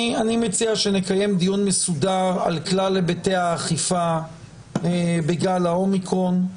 אני מציע שנקיים דיון מסודר על כלל היבטי האכיפה בגל האומיקרון.